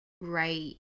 right